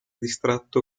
distratto